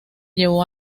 llevó